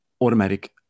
automatic